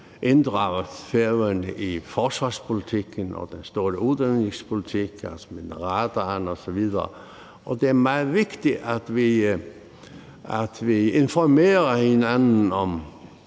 inddraget Færøerne i forsvarspolitikken og den store udenrigspolitik, altså med radaren osv. Det er meget vigtigt, at vi informerer hinanden om